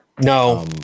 No